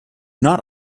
not